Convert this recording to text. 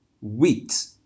wheat